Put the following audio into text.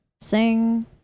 sing